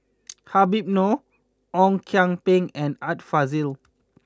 Habib Noh Ong Kian Peng and Art Fazil